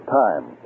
time